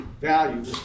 value